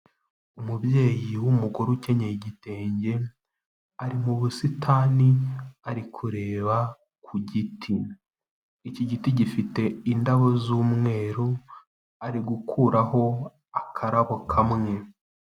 Umubyeyi w'umugore ukenyeye igitenge ari mu busitani ari kureba ku giti. Iki giti gifite indabo z'umweru ari gukuraho akarabo kamwe.